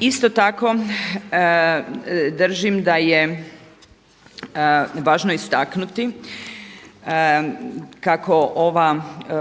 Isto tako držim da je važno istaknuti kako